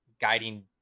guiding